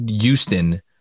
Houston